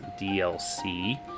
DLC